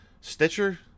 stitcher